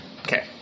Okay